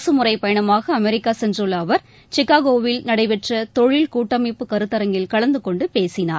அரசு முறைப்பயனமாக அமெரிக்கா சென்றுள்ள அவர் சிக்காகோவில் நடைபெற்ற தொழில் கூட்டமைப்பு கருத்தரங்கில் கலந்துகொண்டு பேசினார்